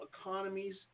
economies